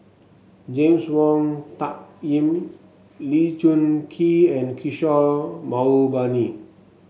James Wong Tuck Yim Lee Choon Kee and Kishore Mahbubani